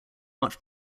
much